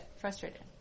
Frustrated